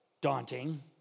daunting